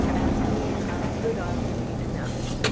as being of good augury enough.